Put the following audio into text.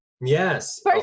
Yes